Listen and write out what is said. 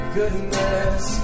goodness